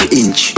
inch